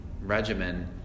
regimen